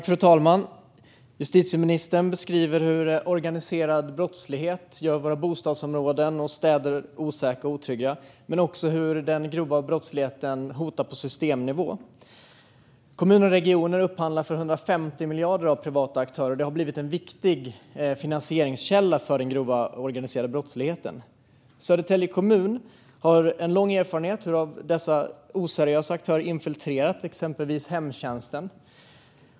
Fru talman! Justitieministern beskriver hur organiserad brottslighet gör våra bostadsområden och städer osäkra och otrygga men också hur den grova brottsligheten hotar på systemnivå. Kommuner och regioner gör upphandlingar för 150 miljarder kronor från privata aktörer. Det har blivit en viktig finansieringskälla för den grova organiserade brottsligheten. Södertälje kommun har en lång erfarenhet av att oseriösa aktörer har infiltrerat exempelvis hemtjänsten.